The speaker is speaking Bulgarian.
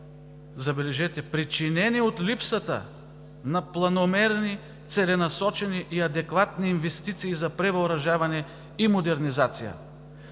забележете, причинени от липсата на планомерни, целенасочени и адекватни инвестиции за превъоръжаване и модернизация.